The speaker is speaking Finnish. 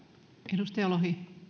arvoisa